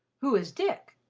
who is dick?